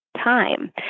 time